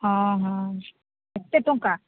ହଁ ହଁ ଏତେ ଟଙ୍କା